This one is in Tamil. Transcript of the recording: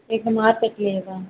எது மார்கெட்லேயேவா